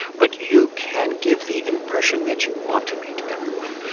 but you can give the impression that you want to meet everyone.